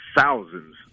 thousands